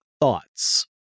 thoughts